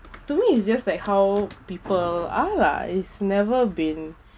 to me it's just like how people are lah it's never been